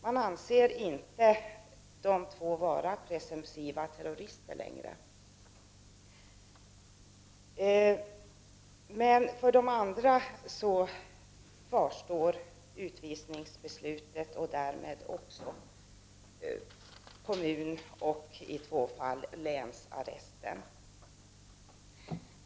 Man anser inte längre att de två personerna är presumtiva terrorister. Men för de andra kvarstår utvisningsbeslutet och därmed också kommunarrest och i två fall länsarrest.